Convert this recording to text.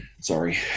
Sorry